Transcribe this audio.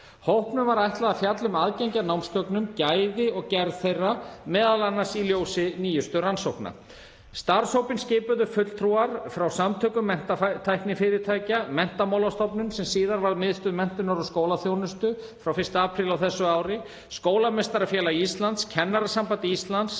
Hópnum var ætlað að fjalla um aðgengi að námsgögnum, gæði og gerð þeirra, m.a. í ljósi nýjustu rannsókna. Starfshópinn skipuðu fulltrúar frá Samtökum menntatæknifyrirtækja, Menntamálastofnun, sem síðar varð Miðstöð menntunar og skólaþjónustu eða þann 1. apríl á þessu ári, Skólameistarafélagi Íslands, Kennarasambandi Íslands,